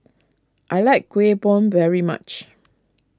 I like Kuih Bom very much